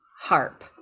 HARP